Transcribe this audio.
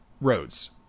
roads